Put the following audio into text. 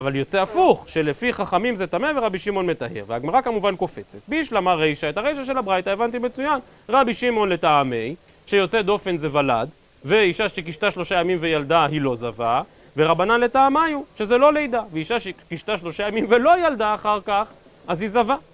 אבל יוצא הפוך, שלפי חכמים זה אמא, ורבי שמעון מטהר, והגמרא כמובן קופצת בישלמה ריישא, את הריישא של הבריתה הבנתי מצוין רבי שמעון לטעמי, שיוצא דופן זה ולד, ואישה שכישתה שלושה ימים וילדה היא לא זווה ורבנה לטעמיו, שזה לא לידה, ואישה שכישתה שלושה ימים ולא ילדה אחר כך, אז היא זווה